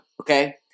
Okay